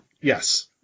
Yes